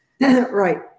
Right